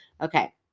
okay